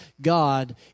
God